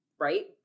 right